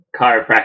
chiropractic